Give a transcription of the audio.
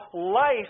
life